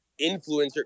influencer